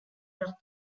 leur